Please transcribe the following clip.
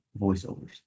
voiceovers